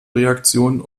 reaktion